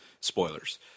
Spoilers